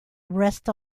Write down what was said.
rest